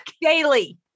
Daily